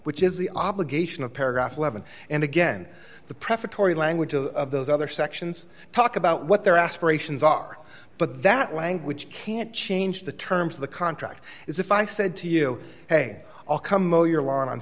which is the obligation of paragraph eleven and again the prefatory language of those other sections talk about what their aspirations are but that language can't change the terms of the contract is if i said to you hey i'll come o